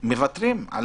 מוותרים על